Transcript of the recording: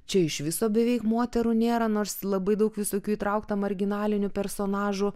čia iš viso beveik moterų nėra nors labai daug visokių įtrauktą marginalinių personažų